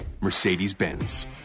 Mercedes-Benz